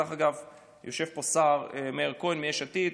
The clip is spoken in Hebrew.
דרך אגב, יושב פה השר מאיר כהן מיש עתיד,